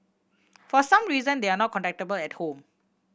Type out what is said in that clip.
for some reason they are not contactable at home